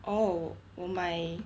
oh 我买